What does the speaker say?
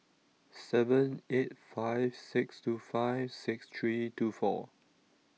seven eight five six two five six three two four